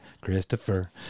Christopher